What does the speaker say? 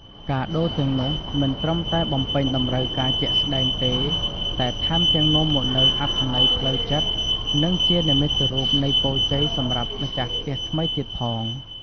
កាដូរទាំងនោះ មិនត្រឹមតែបំពេញតម្រូវការជាក់ស្តែងទេ តែថែមទាំងនាំមកនូវអត្ថន័យផ្លូវចិត្ត និងជានិមិត្តរូបនៃពរជ័យសម្រាប់ម្ចាស់ផ្ទះថ្មីទៀតផង។